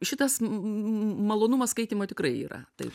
šitas mm malonumas skaitymo tikrai yra taip